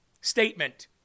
statement